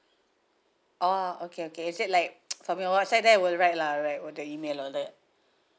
orh okay okay is it like from your write lah right with the email all that